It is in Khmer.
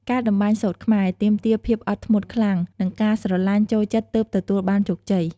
ការតម្បាញសូត្រខ្មែរ ទាមទារភាពអត់ធ្មត់ខ្លាំង និងការស្រទ្បាញ់ ចូលចិត្តទើបទទួលបានជោគជ័យ។